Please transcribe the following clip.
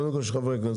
בבקשה.